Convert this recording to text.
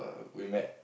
we met